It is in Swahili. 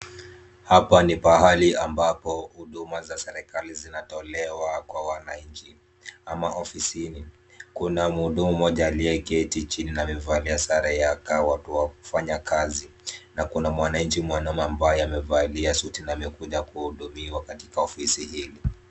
Hapa ni pahali ambapo huduma za serikali zinatolewa kwa wananchi ama ofisini. Kuna mhudumu mmoja aliyeketi chini na amevalia sare ya ka ya watu wa kufanya kazi na kuna mwananchi mwanamume ambaye amevalia suti na amekuja kuhudumiwa katika ofisi hili.